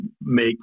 make